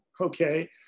okay